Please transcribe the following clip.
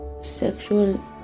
sexual